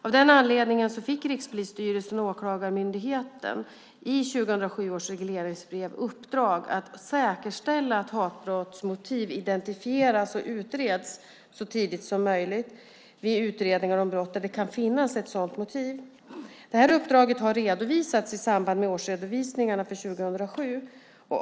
Av den anledningen fick Rikspolisstyrelsen och Åklagarmyndigheten i 2007 års regleringsbrev i uppdrag att säkerställa att hatbrottsmotiv identifieras och utreds så tidigt som möjligt vid utredningar om brott där det kan finnas ett sådant motiv. Uppdraget har redovisats i samband med årsredovisningarna för 2007.